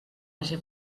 haja